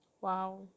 Wow